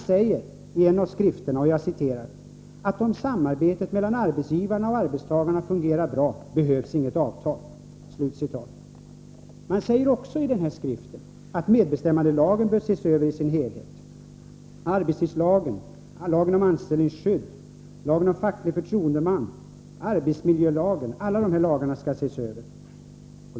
I en av skrifterna står det: ”Om samarbetet mellan arbetsgivarna och arbetstagarna fungerar bra behövs inget avtal.” I skriften sägs också att medbestämmandelagen bör ses över i sin helhet, likaså arbetstidslagen, lagen om anställningsskydd, lagen om facklig förtroendeman, arbetsmiljölagen. Alla dessa lagar bör ses över, anser man.